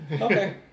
Okay